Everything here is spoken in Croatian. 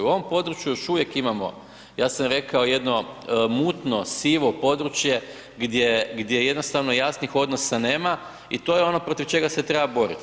U ovom području još uvijek imamo ja sam rekao mutno, sivo područje gdje jednostavno jasnih odnosa nema i to je ono protiv čega se treba boriti.